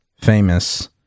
famous